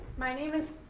my name is